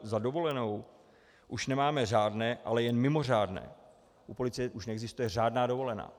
Za dovolenou už nemáme řádné, ale jen mimořádné, u policie už neexistuje řádná dovolená.